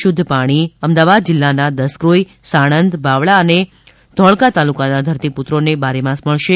શુધ્ધ પાણી અમદાવાદ જીલ્લાના દસક્રોઇ સાણંદ બાવળા અને ધોળકા તાલુકાના ધરતીપુત્રોને બારેમાસ મળશે